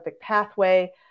pathway